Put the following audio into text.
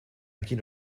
quina